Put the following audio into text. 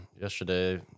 yesterday